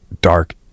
dark